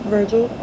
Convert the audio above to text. Virgil